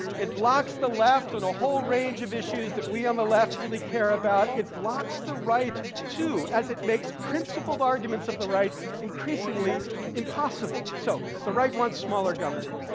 it blocks the left on a whole range of issues that we on the left really care about. it blocks the right too, as it makes principled arguments of the right increasingly impossible. so the right wants smaller government.